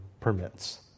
permits